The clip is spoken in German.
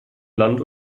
land